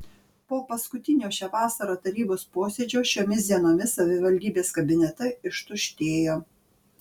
po paskutinio šią vasarą tarybos posėdžio šiomis dienomis savivaldybės kabinetai ištuštėjo